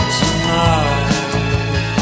tonight